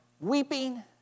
weeping